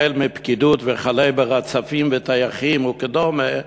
החל מפקידות וכלה ברצפים וטייחים וכדומה,